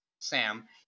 Sam